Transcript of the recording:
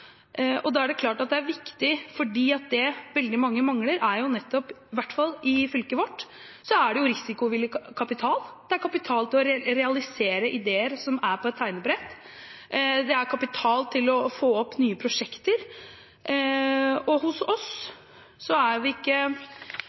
Og da er det klart det er viktig med risikovillig kapital, for det veldig mange mangler – i hvert fall i fylket vårt – er kapital til å realisere ideer som er på tegnebrettet, det er kapital til å få opp nye prosjekter. Vi er ikke velsignet med veldig mange rike mennesker som har fått veldig store lettelser av denne regjeringen. Vi